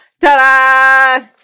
Ta-da